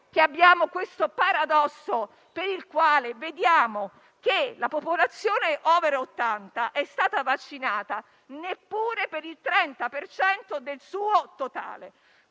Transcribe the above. abbiamo il paradosso per il quale vediamo che la popolazione *over* 80 è stata vaccinata neppure per il 30 per cento del